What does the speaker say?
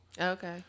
Okay